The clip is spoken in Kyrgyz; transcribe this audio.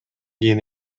кийин